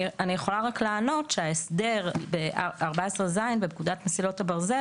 אני יכולה רק לענות שההסדר ב-14ז בפקודת מסילות הברזל